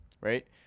right